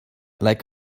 like